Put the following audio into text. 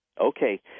Okay